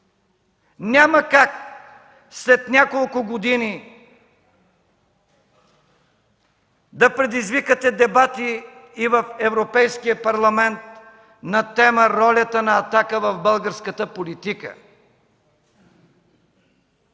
Няма как след няколко години да предизвикате дебати и в Европейския парламент на тема „Ролята на „Атака” в българската политика”.